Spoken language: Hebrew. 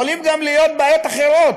יכולות גם להיות בעיות אחרות,